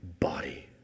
body